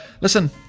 listen